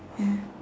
ya